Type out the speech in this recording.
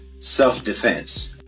self-defense